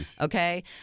Okay